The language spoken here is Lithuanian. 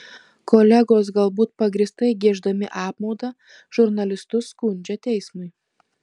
kolegos galbūt pagrįstai gieždami apmaudą žurnalistus skundžia teismui